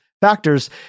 Factors